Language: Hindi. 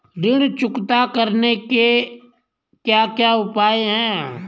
ऋण चुकता करने के क्या क्या उपाय हैं?